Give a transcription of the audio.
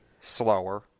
slower